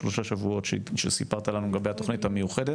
שלושה שבועות שסיפרת לנו לגבי התוכנית המיוחדת.